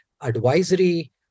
advisory